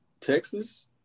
Texas